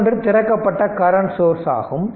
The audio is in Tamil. மற்றொன்று திறக்கப்பட்ட கரண்ட் சோர்ஸ் ஆகும்